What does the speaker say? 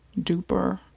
duper